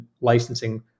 licensing